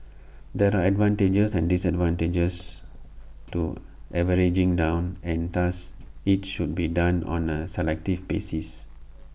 there are advantages and disadvantages to averaging down and thus IT should be done on A selective basis